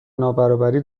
نابرابری